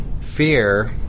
fear